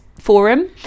forum